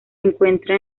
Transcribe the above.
encuentra